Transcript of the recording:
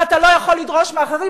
ואתה לא יכול לדרוש מאחרים,